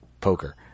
poker